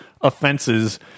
offenses